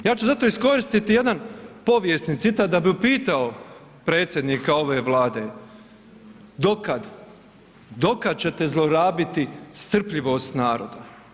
Ja ću zato iskoristiti jedan povijesni citat da bi upitao predsjednika ove Vlade, dokad ćete zlorabiti strpljivost naroda?